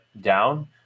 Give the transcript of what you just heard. down